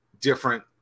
different